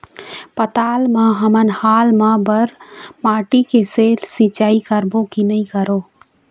पताल मे हमन हाल मा बर माटी से सिचाई करबो की नई करों?